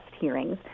hearings